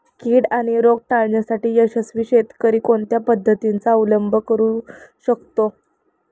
कीड आणि रोग टाळण्यासाठी यशस्वी शेतकरी कोणत्या पद्धतींचा अवलंब करू शकतो?